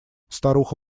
старуха